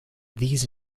these